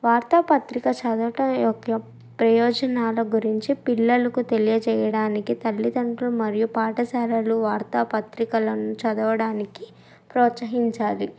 వార్తాపత్రిక చదవటం యొక్క ప్రయోజనాల గురించి పిల్లలకు తెలియచేయడానికి తల్లిదండ్రులు మరియు పాఠశాలలు వార్తాపత్రికలను చదవడానికి ప్రోత్సహించాలి